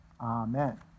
Amen